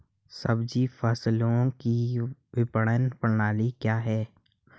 सब्जी फसलों की विपणन प्रणाली क्या है?